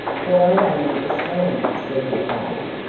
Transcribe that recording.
but i don't understand, said her father.